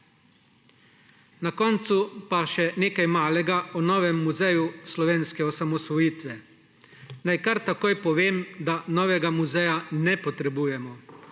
Na koncu pa še nekaj malega o novem muzeju slovenske osamosvojitve. Naj kar takoj povem, da novega muzeja ne potrebujemo.